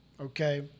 okay